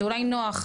זה אולי נוח,